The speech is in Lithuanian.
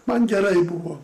man gerai buvo